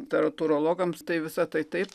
literatūrologams tai visą tai taip